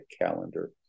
calendar